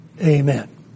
Amen